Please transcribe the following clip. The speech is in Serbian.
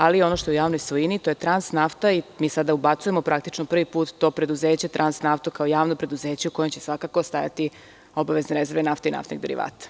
Ali, ono što je u javnoj svojini to je „Transnafta“ i mi sada praktično ubacujemo po prvi put to preduzeće „Transnaftu“ kao javno preduzeće u kojem će svakako stajati obavezne rezerve nafte i naftnih derivata.